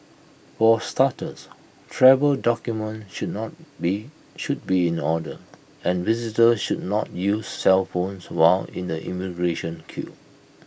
for starters travel documents should not be should be in order and visitors should not use cellphones while in the immigration queue